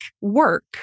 work